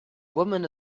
woman